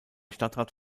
stadtrat